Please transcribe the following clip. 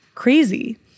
crazy